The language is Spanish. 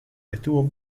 estuvo